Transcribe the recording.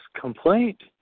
complaint